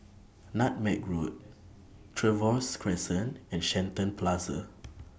Nutmeg Road Trevose Crescent and Shenton Plaza